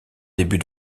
début